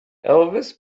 elvis